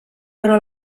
però